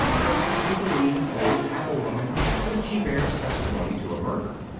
just as you believe an old apple-woman when she bears testimony to a murder.